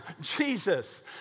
Jesus